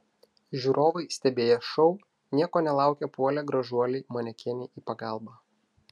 žiūrovai stebėję šou nieko nelaukę puolė gražuolei manekenei į pagalbą